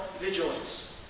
vigilance